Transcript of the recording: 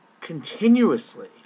continuously